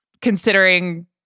considering